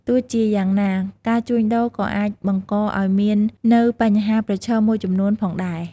ទោះជាយ៉ាងណា ការជួញដូរក៏អាចបង្កឱ្យមាននៅបញ្ហាប្រឈមមួយចំនួនផងដែរ។